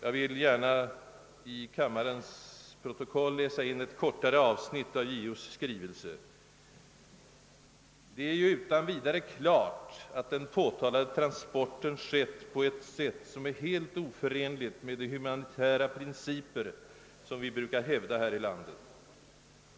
Jag vill gärna i kammarens protokoll läsa in ett kortare avsnitt av JO:s skrivelse: »Det är ju utan vidare klart att den påtalade transporten skett på ett sätt som är helt oförenligt med de humanitära principer som vi brukar hävda här i landet.